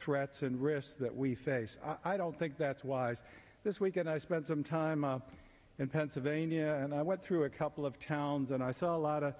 threats and risks that we face i don't think that's wise this week and i spent some time in pennsylvania and i went through a couple of towns and i saw a lot of